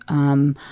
um.